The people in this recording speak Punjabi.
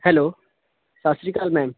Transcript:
ਹੈਲੋ ਸਤਿ ਸ਼੍ਰੀ ਅਕਾਲ ਮੈਮ